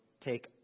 take